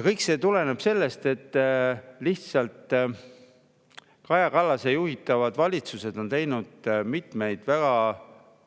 Kõik see tuleneb sellest, et Kaja Kallase juhitavad valitsused on teinud mitmeid väga